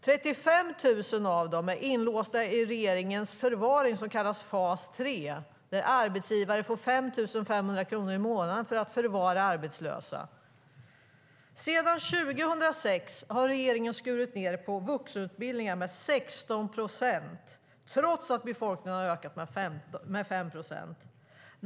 35 000 av dem är inlåsta i regeringens förvar i det som kallas för fas 3 där arbetsgivare får 5 500 kronor i månaden för att förvara arbetslösa. Sedan 2006 har regeringen skurit ned på vuxenutbildningen med 16 procent, trots att befolkningen har ökat med 5 procent.